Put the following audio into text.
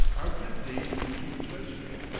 armpit deep, to its rescue.